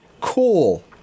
Cool